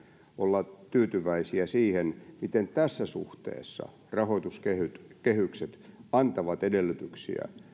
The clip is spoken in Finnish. olla tyytyväisiä siihen miten tässä suhteessa rahoituskehykset antavat edellytyksiä